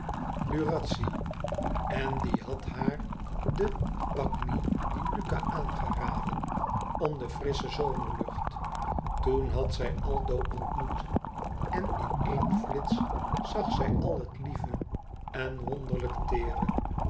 lurazzi en die had haar de bagni di lucca aangeraden om de frissche zomerlucht toen had zij aldo ontmoet en in een flits zag zij al het lieve en wonderlijk teedere